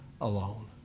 alone